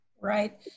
Right